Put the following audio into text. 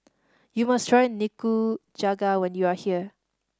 you must try Nikujaga when you are here